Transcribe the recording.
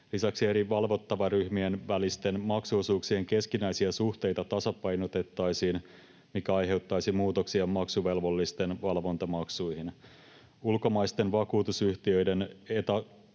Lisäksi eri valvottavaryhmien välisten maksuosuuksien keskinäisiä suhteita tasapainotettaisiin, mikä aiheuttaisi muutoksia maksuvelvollisten valvontamaksuihin. Ulkomaisten vakuutusyhtiöiden